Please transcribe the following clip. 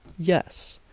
yes!